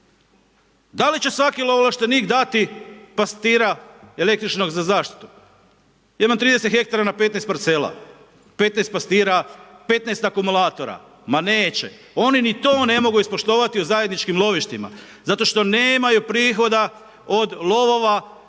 Da li će svaki ovlaštenik dati pastira električnog za zaštitu? Ja imam 30 hektara na 15 parcela, 15 pastira, 15 akumulatora. Ma neće. Oni ni to ne mogu ispoštovati u zajedničkim lovištima. Zato što nemaju prihoda od lovova